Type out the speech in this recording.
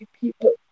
people